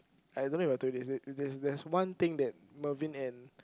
I don't have a twenty fifth if it's that there's one thing that Mervin and